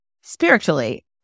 spiritually